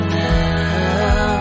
now